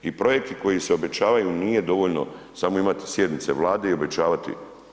I projekti koji se obećavaju nije dovoljno imati samo sjednice Vlade i obećavati.